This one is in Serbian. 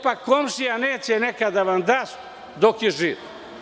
Pa komšija neće nekad da vam da dok je živ.